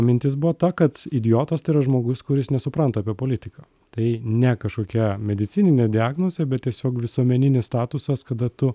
mintis buvo ta kad idiotas tai yra žmogus kuris nesupranta apie politiką tai ne kažkokia medicininė diagnozė bet tiesiog visuomeninis statusas kada tu